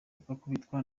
bakubitwa